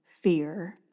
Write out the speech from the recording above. fear